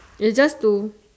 it's just to